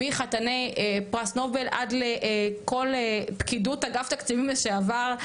מחתני פרס נובל עד לכל פקידות אגף תקציבים לשעבר,